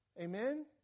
Amen